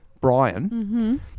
Brian